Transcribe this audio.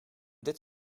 dit